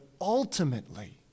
ultimately